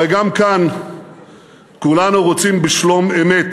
הרי גם כאן כולנו רוצים בשלום-אמת,